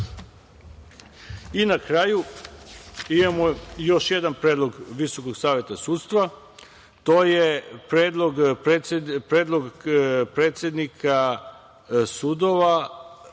kraju, imamo još jedan predlog Visokog saveta sudstva, to je predlog predsednika sudova